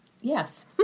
yes